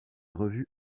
revues